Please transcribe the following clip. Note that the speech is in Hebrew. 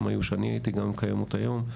גם היו כשאני הייתי, גם קיימות היום.